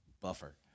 buffer